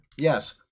Yes